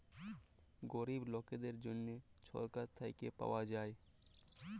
গরিব লকদের জ্যনহে ছরকার থ্যাইকে পাউয়া যায়